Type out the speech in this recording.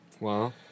Wow